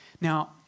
Now